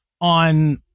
on